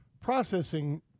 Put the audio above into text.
processing